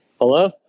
Hello